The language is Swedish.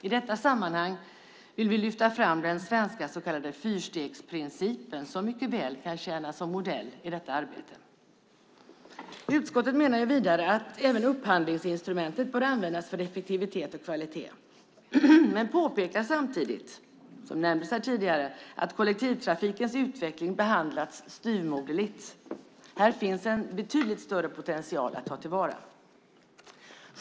I detta sammanhang vill vi lyfta fram den svenska så kallade fyrstegsprincipen, som mycket väl kan tjäna som modell i detta arbete. Utskottet menar vidare att även upphandlingsinstrumentet bör användas för effektivitet och kvalitet men påpekar samtidigt, som nämndes tidigare, att kollektivtrafikens utveckling behandlats styvmoderligt. Här finns en betydligt större potential att ta till vara.